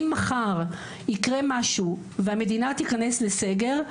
אם מחר יקרה משהו והמדינה תיכנס לסגר,